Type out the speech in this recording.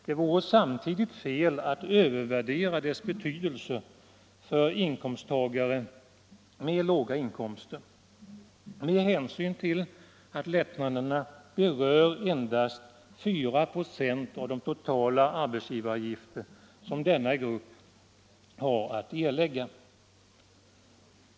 Det vore samtidigt fel att övervärdera dess betydelse för inkomsttagare med låga inkomster med hänsyn till att lättnaden berör endast 4 96 av den totala arbetsgivaravgift som denna grupp har att erlägga.